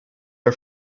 are